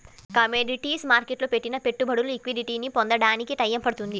commodities మార్కెట్టులో పెట్టిన పెట్టుబడులు లిక్విడిటీని పొందడానికి టైయ్యం పడుతుంది